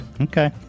Okay